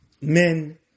Men